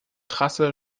trasse